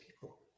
people